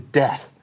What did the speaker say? death